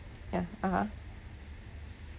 yup (uh huh)